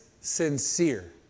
sincere